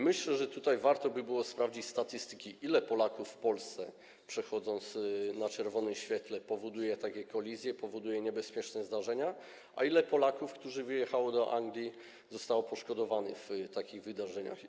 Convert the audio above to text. Myślę, że tutaj warto by było sprawdzić statystyki, ilu Polaków w Polsce, przechodząc na czerwonym świetle, powoduje takie kolizje, powoduje niebezpieczne zdarzenia, a ilu Polaków, którzy wyjechali do Anglii, zostało poszkodowanych w takich wydarzeniach.